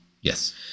Yes